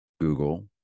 Google